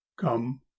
come